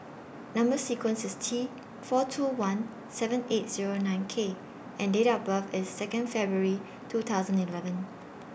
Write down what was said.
Number sequence IS T four two one seven eight Zero nine K and Date of birth IS Second February two thousand and eleven